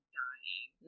dying